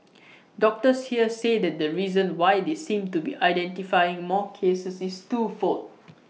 doctors here say that the reason why they seem to be identifying more cases is twofold